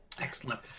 Excellent